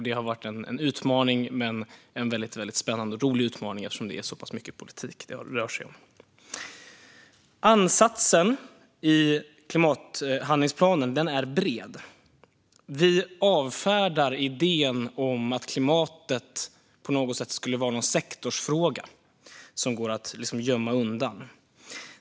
Det har varit en utmaning men en väldigt spännande och rolig utmaning eftersom det är så pass mycket politik det rör sig om. Ansatsen i klimathandlingsplanen är bred. Vi avfärdar idén om att klimatet på något sätt skulle vara en sektorsfråga som liksom går att gömma undan.